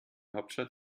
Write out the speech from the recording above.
hauptstadt